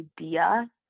idea